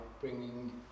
bringing